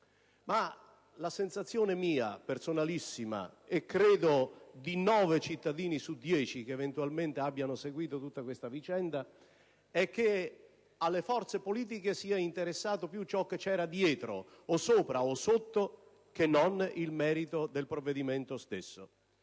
la mia sensazione, personalissima, ma credo condivisa da nove cittadini su dieci che eventualmente abbiano seguito tutta questa vicenda, è che alle forze politiche sia interessato più ciò che c'era dietro, o sopra o sotto, che non il merito del provvedimento.